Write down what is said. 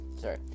sorry